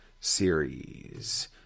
series